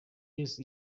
йөз